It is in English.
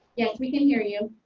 yes we can hear you.